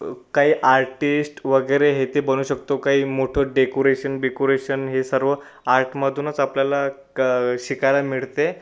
काही आर्टिस्ट वगैरे हे ते बनू शकतो काही मोठं डेकोरेशन बीकोरेशन हे सर्व आर्टमधूनच आपल्याला क शिकायला मिळते